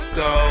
go